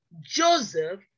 Joseph